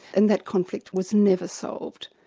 and that conflict was never solved.